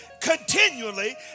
continually